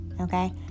Okay